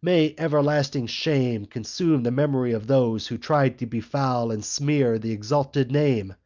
may everlasting shame consume the memory of those who tried to befoul and smear the exalted name